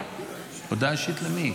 הודעה אישית למי?